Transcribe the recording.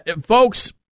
Folks